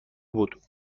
بود